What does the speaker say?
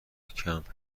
کمپ